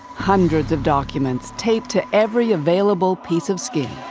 hundreds of documents, taped to every available piece of skin.